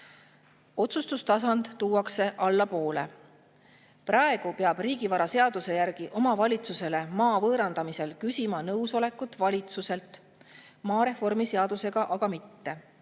Otsustustasand tuuakse allapoole. Praegu peab riigivaraseaduse järgi omavalitsusele maa võõrandamisel küsima nõusolekut valitsuselt, maareformi seadusega aga mitte.